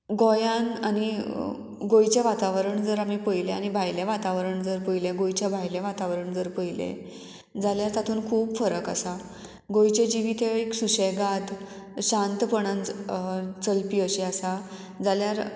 गोंयांत आनी गोंयचें वातावरण जर आमी पयलें आनी भायलें वातावरण जर पयलें गोंयचें भायलें वातावरण जर पयलें जाल्यार तातूंत खूब फरक आसा गोंयचे जिवीत हें एक सुशेगाद शांतपणान चलपी अशें आसा जाल्यार